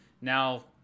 now